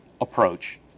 approach